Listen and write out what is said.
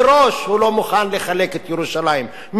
מראש הוא לא מוכן לחלק את ירושלים,